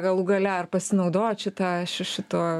galų gale ar pasinaudojot šita šituo